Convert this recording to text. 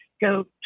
go